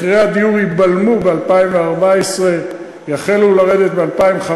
מחירי הדיור ייבלמו ב-2014, יחלו לרדת ב-2015.